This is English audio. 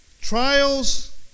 trials